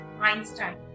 Einstein